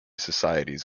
societies